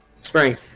Spring